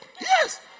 Yes